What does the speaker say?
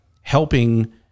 helping